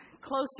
closer